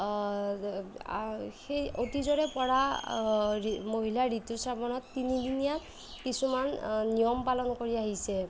সেই অতীজৰে পৰা মহিলাৰ ঋতুস্ৰাৱণত তিনিদীয়া কিছুমান নিয়ম পালন কৰি আহিছে